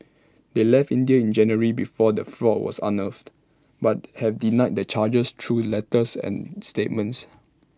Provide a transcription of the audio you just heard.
they left India in January before the fraud was unearthed but have denied the charges through letters and statements